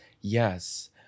yes